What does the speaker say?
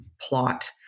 plot